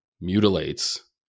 mutilates